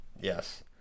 Yes